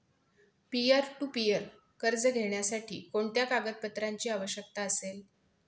Peer to peer कर्ज घेण्यासाठी कोणत्या कागदपत्रांची आवश्यकता असेल?